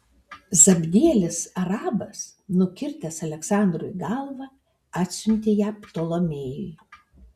zabdielis arabas nukirtęs aleksandrui galvą atsiuntė ją ptolemėjui